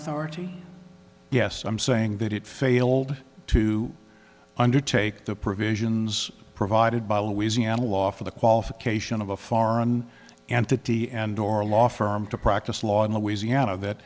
authority yes i'm saying that it failed to undertake the provisions provided by louisiana law for the qualification of a foreign entity and or a law firm to practice law in louisiana that